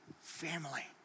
family